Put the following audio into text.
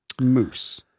moose